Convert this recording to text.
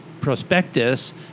prospectus